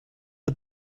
are